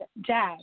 jazz